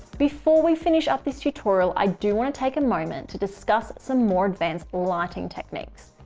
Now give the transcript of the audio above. before we finish up this tutorial, i do want to take a moment to discuss some more advanced lighting techniques.